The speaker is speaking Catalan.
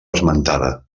esmentada